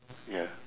ya